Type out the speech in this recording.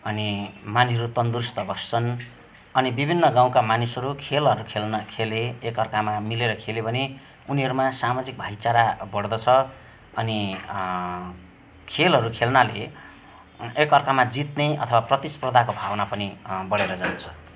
अनि मानिसहरू तनदुरुस्त बस्छन् अनि विभिन्न गाउँका मानिसहरू खेलहरू खेल्न खेले एक अर्कामा मिलेर खेल्यो भने उनीहरूमा सामाजिक भाइचारा बढदछ अनि खेलहरू खेल्नाले एक अर्कामा जित्ने अथवा प्रतिस्पर्धाको भावना पनि बढेर जान्छ